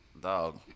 dog